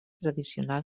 tradicional